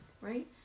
right